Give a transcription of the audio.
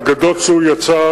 אגדות שהוא יצר"